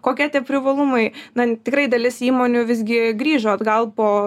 kokie tie privalumai na tikrai dalis įmonių visgi grįžo atgal po